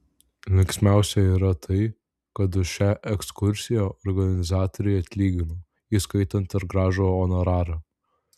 linksmiausia yra tai kad už šią ekskursiją organizatoriai atlygino įskaitant ir gražų honorarą